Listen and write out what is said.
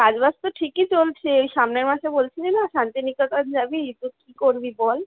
কাজ বাজ তো ঠিকই চলছে এই সামনের মাসে বলছিলি না শান্তিনিকেতন যাবি তো কী করবি বল